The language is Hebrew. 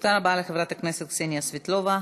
תודה רבה לחברת הכנסת קסניה סבטלובה.